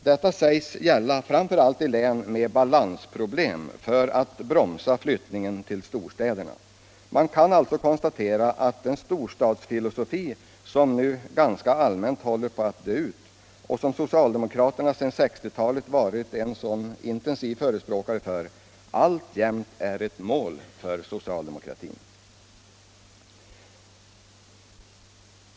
Detta sägs gätta framför allt i län med balansproblem för att bromsa flyttningen till storstäderna. Man kan konstatera att den storstadsfilosofi som nu ganska allmänt hållter på att dö ut och som socialdemokratin sedan 1960-talet varit en så intensiv förespråkare för alltjämt är ett mål för socialdemokratin.